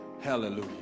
Hallelujah